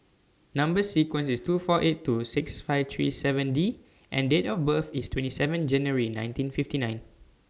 Number sequence IS T four eight two six five three seven D and Date of birth IS twenty even January nineteen fifty nine